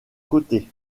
côté